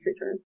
return